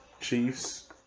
Chiefs